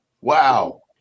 Wow